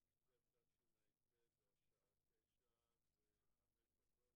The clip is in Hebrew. ה' בכסלו תשע"ט, השעה 9:05. מי שבא מהדרום